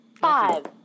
five